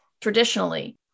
traditionally